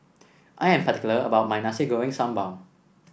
I am particular about my Nasi Goreng Sambal